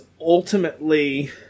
ultimately